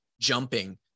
jumping